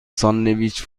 ساندویچ